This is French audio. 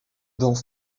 dans